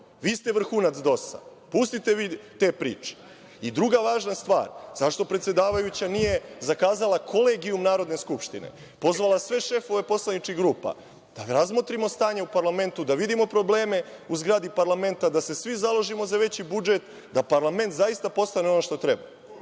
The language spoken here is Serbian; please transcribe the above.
Vi ste vrhunac DOS-a. Pustite vi te priče. Druga važna stvar, zašto predsedavajuća nije zakazala kolegijum Narodne skupštine. Pozvala sve šefove poslaničkih grupa da razmotrimo stanje u parlamentu, da vidimo probleme u zgradi parlamenta, da se svi založimo za veći budžet, da parlament zaista postane ono što